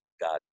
God